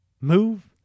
move